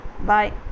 Bye